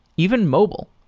even mobile.